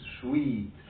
sweet